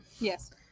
Yes